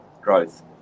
growth